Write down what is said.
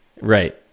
right